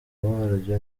waryo